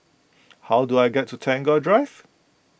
how do I get to Tagore Drive